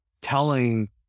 telling